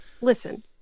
listen